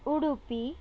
Udupi